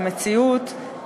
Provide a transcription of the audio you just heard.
במציאות,